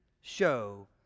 Show